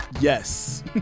Yes